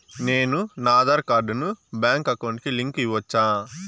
నేను నా ఆధార్ కార్డును బ్యాంకు అకౌంట్ కి లింకు ఇవ్వొచ్చా?